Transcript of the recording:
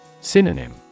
Synonym